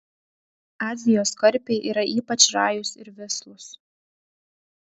azijos karpiai yra ypač rajūs ir vislūs